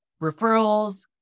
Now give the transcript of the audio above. referrals